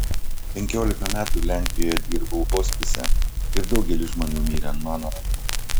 penkiolika metų lenkijoje dirbau hospise ir daugelis žmonių mirė ant mano rankų